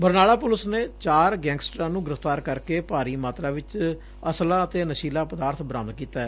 Barnala police ਨੇ ਚਾਰ ਗੈਂਗਸਟਰਾਂ ਨੂੰ ਗੁਫਤਾਰ ਕਰਕੇ ਭਾਰੀ ਮਾਤਰਾ ਵਿਚ ਅਸਲਾ ਅਤੇ ਨਸ਼ੀਲਾ ਪਦਾਰਬ ਬਰਾਮਦ ਕੀਤੈ